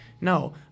No